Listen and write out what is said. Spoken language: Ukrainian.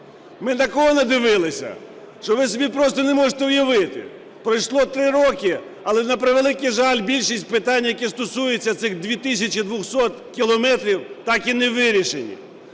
Ми такого надивилися, що ви собі просто не можете уявити. Пройшло 3 роки, але, на превеликий жаль, більшість питань, які стосуються цих 2 тисячі 200 кілометрів так і не вирішені.